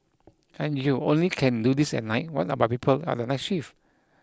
and you only can do this at night what about people on the night shift